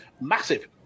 massive